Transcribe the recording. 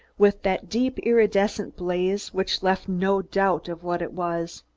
with that deep iridescent blaze which left no doubt of what it was.